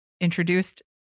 introduced